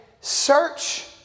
search